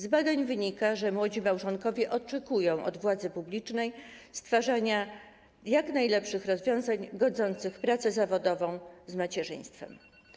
Z badań wynika, że młodzi małżonkowie oczekują od władzy publicznej stwarzania jak najlepszych rozwiązań godzących pracę zawodową z macierzyństwem.